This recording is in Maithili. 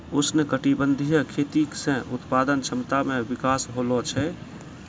उष्णकटिबंधीय खेती से उत्पादन क्षमता मे विकास होलो छै